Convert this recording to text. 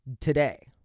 today